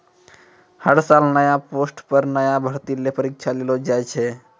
हर साल नया पोस्ट पर नया भर्ती ल परीक्षा लेलो जाय छै